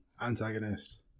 antagonist